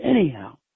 anyhow